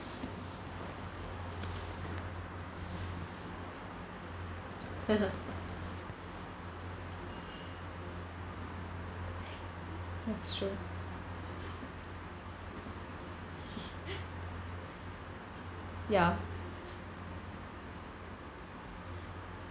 that's true ya